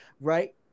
right